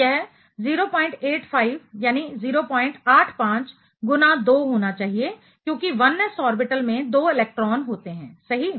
तो यह 085 गुना 2 होना चाहिए क्योंकि 1s ऑर्बिटल में 2 इलेक्ट्रॉन होते हैं सही